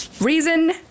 Reason